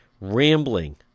rambling